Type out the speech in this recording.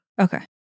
Okay